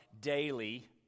daily